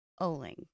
Oling